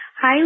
Hi